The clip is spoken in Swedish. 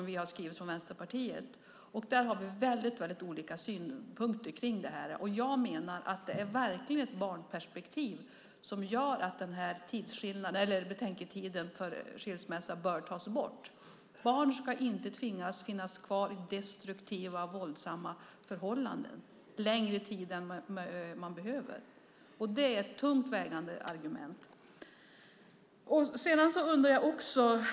Det handlar om en motion som Vänsterpartiet har skrivit. Där har vi väldigt olika synpunkter. Jag menar att det verkligen är ett barnperspektiv som gör att betänketiden vid skilsmässa bör tas bort. Barn ska inte tvingas finnas kvar i destruktiva, våldsamma förhållanden under längre tid än nödvändigt. Det är ett tungt vägande argument.